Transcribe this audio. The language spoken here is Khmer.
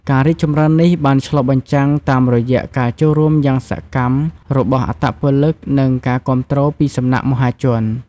ការរីកចម្រើននេះបានឆ្លុះបញ្ចាំងតាមរយៈការចូលរួមយ៉ាងសកម្មរបស់អត្តពលិក និងការគាំទ្រពីសំណាក់មហាជន។